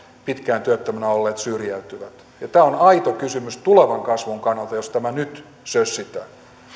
pitkään työttömänä olleet syrjäytyvät tämä on aito kysymys tulevan kasvun kannalta jos tämä nyt sössitään